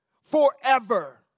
forever